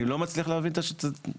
אני לא מצליח להבין את הטענה.